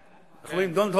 כמובן.